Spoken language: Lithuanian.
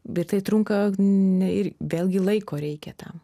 bet tai trunka vėlgi laiko reikia tam